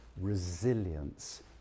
resilience